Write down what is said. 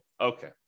Okay